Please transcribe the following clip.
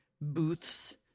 booths